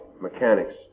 mechanics